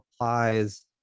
applies